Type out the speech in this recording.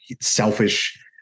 selfish